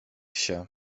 się